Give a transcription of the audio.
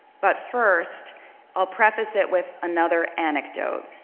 but first i'll preface it with another anecdote.